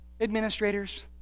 administrators